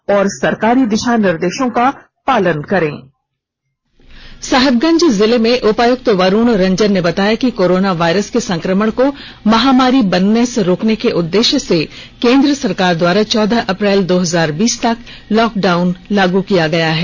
एक रिपोर्ट साहिबगंज जिले में उपायुक्त वरुण रंजन ने बताया कि कोरोना वायरस के संकमण को महामारी बनने से रोकने के उद्देश्य से केंद्र सरकार द्वारा दौदह अप्रैल दो हजार बीस तक लॉक डाउन लाग किया गया है